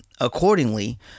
accordingly